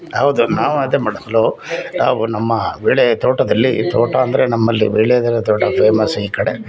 ಹೌದು ನಾವು ಅದೇ ಮಾಡೋದು ಹಲೋ ನಾವು ನಮ್ಮ ಬೆಳೆ ತೋಟದಲ್ಲಿ ತೋಟ ಅಂದರೆ ನಮ್ಮಲ್ಲಿ ವೀಳ್ಯದೆಲೆ ತೋಟ ಫೇಮಸ್ ಈ ಕಡೆ